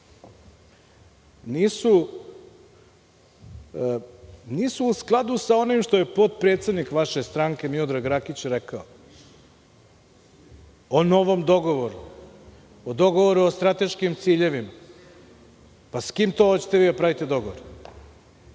nisu u skladu sa onim što je potpredsednik vaše stranke, Miodrag Rakić, rekao o novom dogovoru, o dogovoru o strateškim ciljevima. Sa kim to hoćete vi da pravite dogovor?